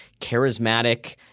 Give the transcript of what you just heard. charismatic